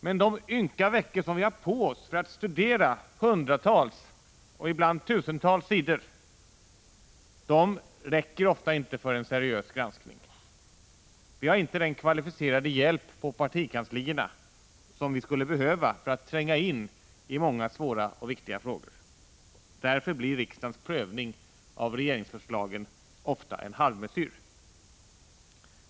Men de ynka veckor som vi har på oss att studera hundratals, ibland tusentals, sidor räcker ofta inte för en seriös granskning. Vi har inte den kvalificerade hjälp på partikanslierna som vi skulle behöva för att tränga in i många svåra och viktiga frågor. Därför blir riksdagens prövning av regeringsförslag ofta en halvmesyr.